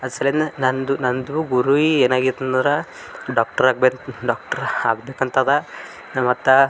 ಅದರ ಸಲಿಂದ ನನ್ನದು ನನ್ನದು ಗುರಿ ಏನಾಗಿತ್ತಂದರೆ ಡಾಕ್ಟರ್ ಆಗ್ಬೇಕು ಡಾಕ್ಟರ್ ಆಗಬೇಕಂತದ ಮತ್ತು